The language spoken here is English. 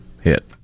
hit